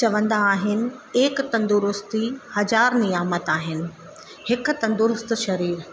चवंदा आहिनि एक तंदुरुस्ती हज़ारु नियामतु आहिनि हिकु तंदुरुस्तु शरीर